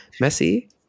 Messi